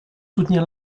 soutenir